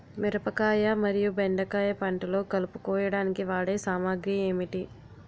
మిరపకాయ మరియు బెండకాయ పంటలో కలుపు కోయడానికి వాడే సామాగ్రి ఏమిటి?